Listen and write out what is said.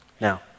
Now